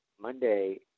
Monday